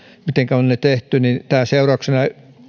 mitenkä ne on tehty että tämän seurauksena